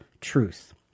truth